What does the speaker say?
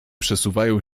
przesuwają